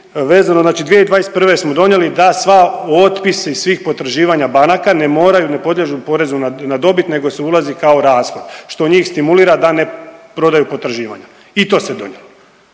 vezano znači 2021. smo donijeli da sva, otpisi svih potraživanja banaka ne moraju, ne podliježu porezu na dobit nego se ulazi kao rashod što njih stimulira da ne prodaju potraživanja. I to se donijelo,